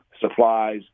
supplies